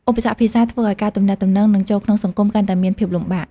ឧបសគ្គភាសាធ្វើឲ្យការទំនាក់ទំនង និងចូលក្នុងសង្គមកាន់តែមានភាពលំបាក។